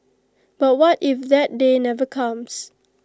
but what if that day never comes